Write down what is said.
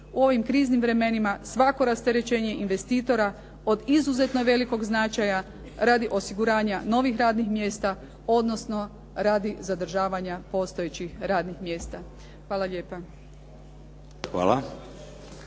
U ovim kriznim vremenima svako rasterećenje investitora od izuzetno je velikog značaja radi osiguranja novih radnih mjesta odnosno radi zadržavanja postojećih radnih mjesta. Hvala lijepa.